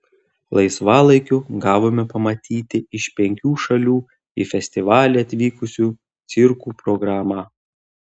laisvalaikiu gavome pamatyti iš penkių šalių į festivalį atvykusių cirkų programą